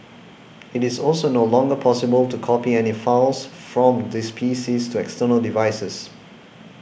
it is also no longer possible to copy any files from these PCs to external devices